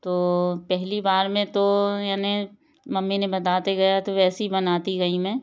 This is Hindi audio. तो पहली बार में तो यानी मम्मी ने बताते गया तो वैसी बनाती गई मैं